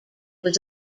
was